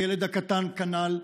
הילד הקטן כנ"ל,